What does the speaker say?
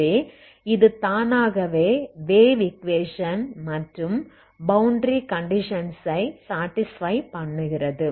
எனவே இது தானாகவே வேவ் ஈக்வேஷன் மற்றும் பௌண்டரி கண்டிஷன்சை சாடிஸ்பை பண்ணுகிறது